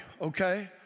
okay